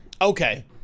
Okay